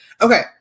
Okay